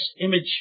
image